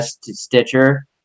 Stitcher